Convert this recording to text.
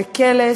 לקלס,